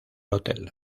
hotel